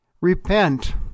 Repent